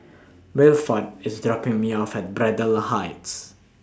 Wilford IS dropping Me off At Braddell Heights